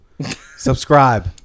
Subscribe